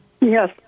Yes